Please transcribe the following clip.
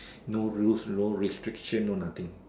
no rules no restrictions no nothing